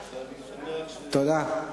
תודה.